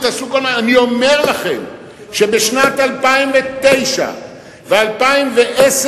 אני אומר לכם שבשנים 2009 ו-2010,